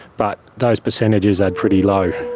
but those percentages are pretty low.